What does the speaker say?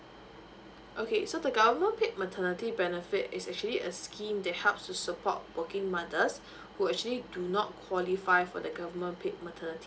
okay so the government paid maternity benefit is actually a scheme that helps to support working mothers who actually do not qualify for the government paid maternity